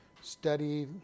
study